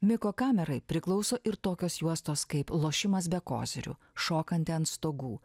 miko kamerai priklauso ir tokios juostos kaip lošimas be kozirių šokanti ant stogų